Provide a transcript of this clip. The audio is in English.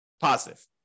positive